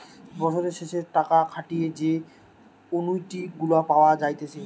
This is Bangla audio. বছরের শেষে টাকা খাটিয়ে যে অনুইটি গুলা পাওয়া যাইতেছে